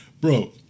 Bro